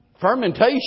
Fermentation